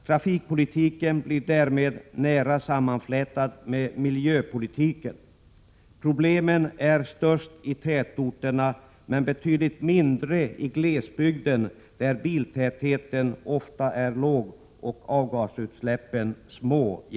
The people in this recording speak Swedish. Trafikpolitiken blir därmed nära sammanflätad med miljöpolitiken. Problemen är störst i tätorterna men betydligt mindre i glesbygden, där biltätheten ofta är låg och avgasutsläppen små.